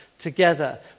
together